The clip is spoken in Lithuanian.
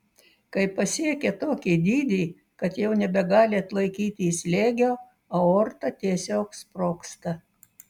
kai pasiekia tokį dydį kad jau nebegali atlaikyti slėgio aorta tiesiog sprogsta